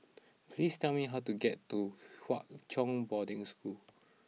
please tell me how to get to Hwa Chong Boarding School